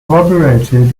collaborated